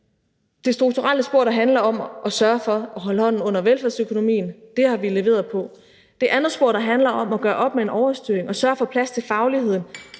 det strukturelle spor, der handler om at sørge for at holde hånden under velfærdsøkonomien. Det andet spor handler om at gøre op med en overstyring og sørge for plads til fagligheden.